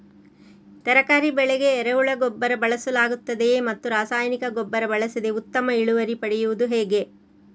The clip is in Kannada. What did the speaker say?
ತರಕಾರಿ ಬೆಳೆಗೆ ಎರೆಹುಳ ಗೊಬ್ಬರ ಬಳಸಲಾಗುತ್ತದೆಯೇ ಮತ್ತು ರಾಸಾಯನಿಕ ಗೊಬ್ಬರ ಬಳಸದೆ ಉತ್ತಮ ಇಳುವರಿ ಪಡೆಯುವುದು ಹೇಗೆ?